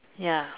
ya